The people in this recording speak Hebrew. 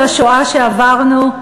עם השואה שעברנו,